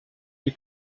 wie